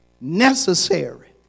necessary